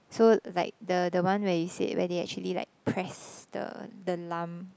so like the the one where you say where they actually like press the the lump